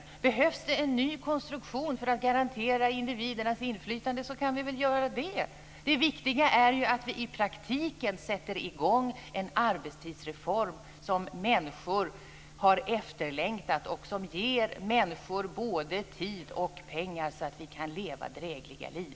Behövs det en ny konstruktion för att garantera individen inflytande kan vi väl göra det. Det viktiga är att vi i praktiken sätter i gång en arbetstidsreform som människor har efterlängtat och som ger människor både tid och pengar så att de kan leva drägliga liv.